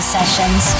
Sessions